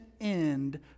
end